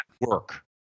work